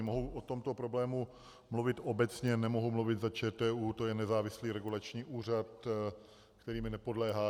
Mohu o tomto problému mluvit obecně, nemohu mluvit za ČTÚ, to je nezávislý regulační úřad, který mi nepodléhá.